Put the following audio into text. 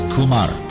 Kumar